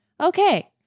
Okay